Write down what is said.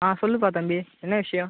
ஆ சொல்லுப்பா தம்பி என்ன விஷயம்